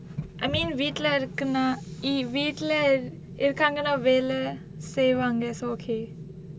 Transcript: I mean வீட்ல இருக்குனா இ~ வீட்ல இருகாங்கனா வேல செய்வாங்க:veetla irukkunaa e~ veetla irukkaanganaa vela seivaanga is okay